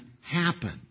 happen